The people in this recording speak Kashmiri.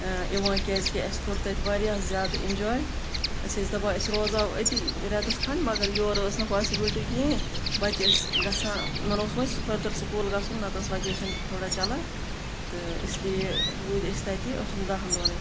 یِوان کیازِکہِ اَسہِ کوٚر تَتہِ واریاہ زیادٕ اِنجوے أسۍ ٲسۍ دَپان أسۍ روزٕہاو ییٚتی رٮ۪تَس کھںٛڈ مگر یورٕ ٲس نہٕ پاسِبلٹی کِہیٖنۍ بَچہِ ٲسۍ گژھان یِمَن اوس وۄنۍ فٔردَر سکوٗل گژھُن نَتہٕ ٲس وَکیشَن تھوڑا چَلان تہٕ اِسلیے روٗدۍ أسۍ تَتہِ ٲٹھَن دَہَن دوٚہَنٕے